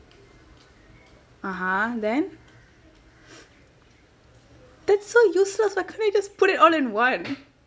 (uh huh) then that's so useless why can't we just put it all in one